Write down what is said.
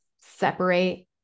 separate